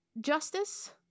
justice